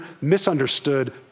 misunderstood